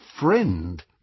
friend